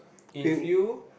if you